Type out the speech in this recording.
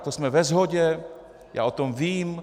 To jsme ve shodě, já o tom vím.